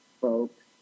folks